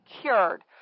cured